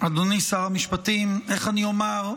אדוני שר המשפטים, איך אני אומר?